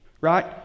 right